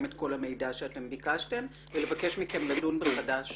את כל המידע שאתם ביקשתם ולבקש מכם לדון מחדש